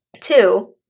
two